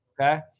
okay